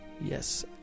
Yes